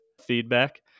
feedback